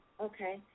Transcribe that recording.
okay